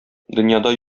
дөньяда